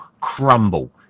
crumble